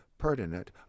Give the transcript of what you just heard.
pertinent